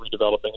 redeveloping